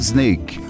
Snake